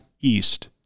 East